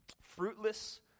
Fruitless